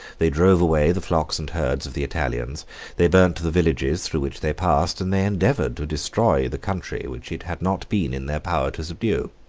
they drove away the flocks and herds of the italians they burnt the villages through which they passed, and they endeavored to destroy the country which it had not been in their power to subdue.